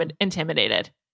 intimidated